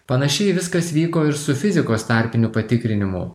panašiai viskas vyko ir su fizikos tarpiniu patikrinimu